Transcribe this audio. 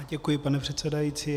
Děkuji, pane předsedající.